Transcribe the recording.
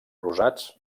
rosats